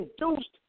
induced